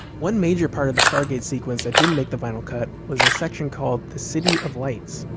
one major part of the stargate sequence that didn't make the final cut was a section called the city of lights.